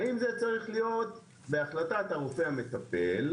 האם זה צריך להיות בהחלטת הרופא המטפל,